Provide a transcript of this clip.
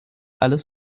alles